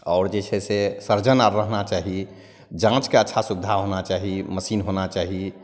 आओर जे छै से सर्जन आओर रहना चाही जाँचके अच्छा सुविधा होना चाही मशीन होना चाही